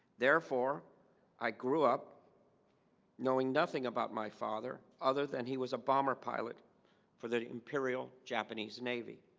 therefore i grew up knowing nothing about my father other than he was a bomber pilot for the imperial japanese navy